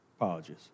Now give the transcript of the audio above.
apologies